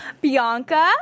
Bianca